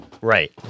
Right